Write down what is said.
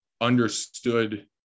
understood